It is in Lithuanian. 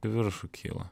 į viršų kyla